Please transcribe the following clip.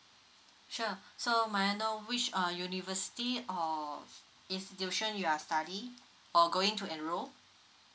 sure so may I know which uh university or institution you are studying or going to enroll